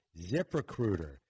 ZipRecruiter